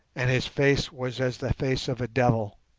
and his face was as the face of a devil.